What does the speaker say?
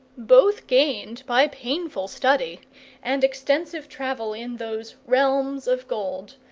both gained by painful study and extensive travel in those realms of gold,